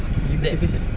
beli practical set